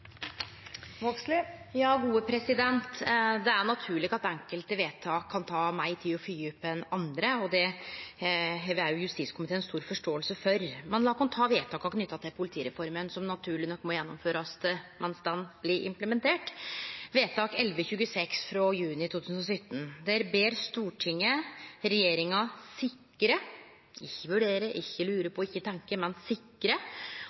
Det er naturleg at enkelte vedtak kan ta meir tid å følgje opp enn andre, og det har òg justiskomiteen stor forståing for. Men la oss ta vedtaka knytte til politireforma, som naturleg nok må gjennomførast medan ho blir implementert. I vedtak 1126 frå juni 2017 ber Stortinget regjeringa sikre – ikkje vurdere, ikkje lure